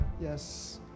Yes